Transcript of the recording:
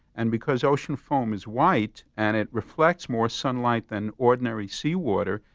and because ocean foam is white and it reflects more sunlight than ordinary seawater,